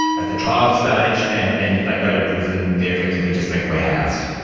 at the trial stage, and and if they go to prison they are effectively just being warehoused.